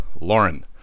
Lauren